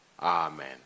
Amen